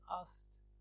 asked